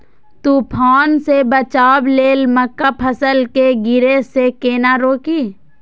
तुफान से बचाव लेल मक्का फसल के गिरे से केना रोकी?